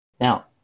Now